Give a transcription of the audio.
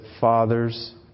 fathers